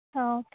त